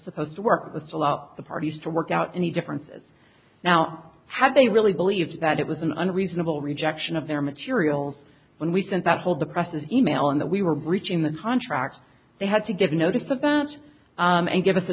supposed to work with fill out the parties to work out any differences now have they really believed that it was an unreasonable rejection of their materials when we sent that hold the presses email and that we were breaching the contract they had to give notice of that and give us a